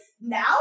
now